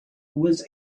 was